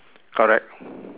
correct